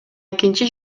экинчи